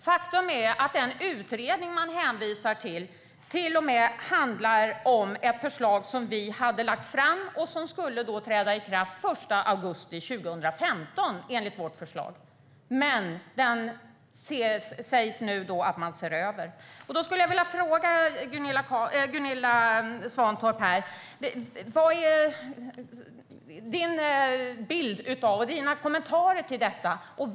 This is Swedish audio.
Faktum är att den utredning ministern hänvisar till handlar om ett förslag som Alliansen hade lagt fram och som skulle träda i kraft den 1 augusti 2015, men nu ser man över förslaget. Vad är Gunilla Svantorps bild av och kommentarer till detta förslag?